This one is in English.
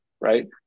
right